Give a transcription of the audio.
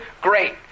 great